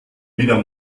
wieder